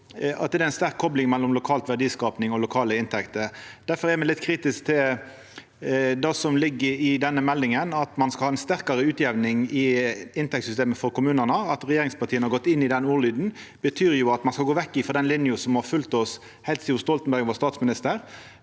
det er ei sterk kopling mellom lokal verdiskaping og lokale inntekter. Difor er me litt kritiske til det som ligg i denne meldinga om at ein skal ha ei sterkare utjamning i inntektssystemet for kommunane. At regjeringspartia har gått inn i den ordlyden, betyr jo at ein skal gå vekk frå den linja som har følgt oss heilt sidan Stoltenberg var statsminister.